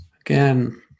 Again